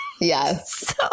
Yes